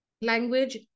language